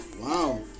Wow